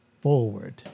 forward